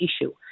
issue